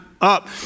up